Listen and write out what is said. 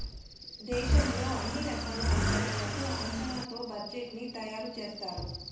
దేశంలో అన్ని రకాల అవసరాలకు అంచనాతో బడ్జెట్ ని తయారు చేస్తారు